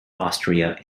austria